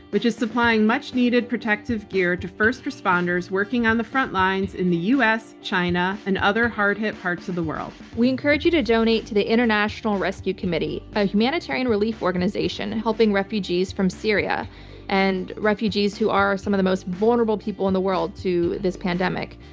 which is supplying much-needed protective gear to first responders working on the front lines in the us, china, and other hard-hit parts of the world. we encourage you to donate to the international rescue committee, a humanitarian relief organization and helping refugees from syria and refugees who are some of the most vulnerable people in the world to this pandemic.